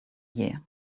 year